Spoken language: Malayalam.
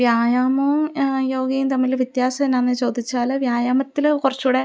വ്യായാമവും യോഗയും തമ്മില് വ്യത്യാസം എന്നാന്ന് ചോദിച്ചാല് വ്യായാമത്തില് കുറച്ചുകൂടെ